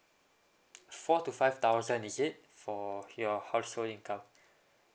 four to five thousand is it for your household income